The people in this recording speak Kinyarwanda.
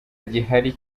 gihari